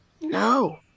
no